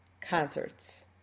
concerts